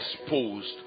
exposed